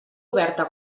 oberta